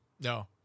No